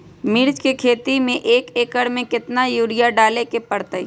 मिर्च के खेती में एक एकर में कितना यूरिया डाले के परतई?